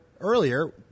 earlier